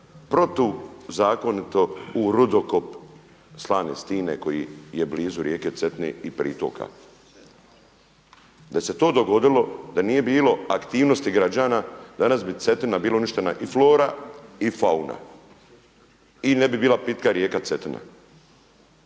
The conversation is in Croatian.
protuzakonito u rudokop Slane stine koji je blizu rijeke Cetine i pritoka. Da se to dogodilo, da nije bilo aktivnosti građana danas bi Cetina bila uništena i flora i fauna i ne bi bila pitka rijeka Cetina.